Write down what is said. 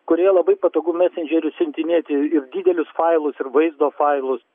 kurioje labai patogu mesendžeriu siuntinėti ir didelius failus ir vaizdo failus